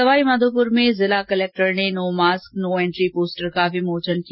सवाईमाधोपुर में जिला कलेक्टर ने no mask no entry poster का विमोचन किया